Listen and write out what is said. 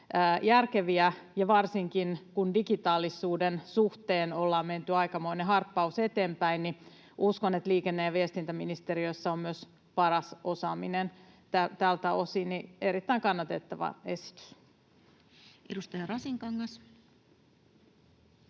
järkeviä. Varsinkin kun digitaalisuuden suhteen ollaan menty aikamoinen harppaus eteenpäin, niin uskon, että liikenne- ja viestintäministeriössä on myös paras osaaminen tältä osin. Erittäin kannatettava esitys. Edustaja Rasinkangas.